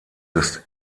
des